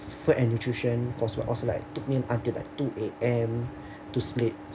food and nutrition coursework was like took me until like two A_M to sleep